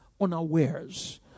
unawares